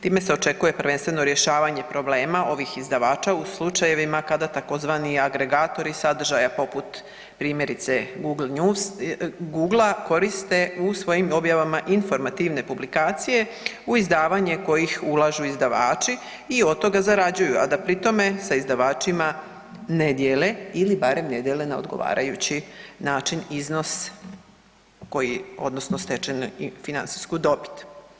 Time se očekuje prvenstveno rješavanje problema ovih izdavača u slučajevima kada tzv. agregatori sadržaja poput primjerice Google news, Google-a koriste u svojim objavama informativne publikacije u izdavanje kojih ulažu izdavači i od toga zarađuju, a da pri tome sa izdavačima ne dijele ili barem ne dijele na odgovarajući način iznos koji odnosno stečenu financijsku dobit.